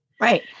Right